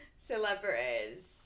celebrities